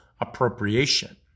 appropriation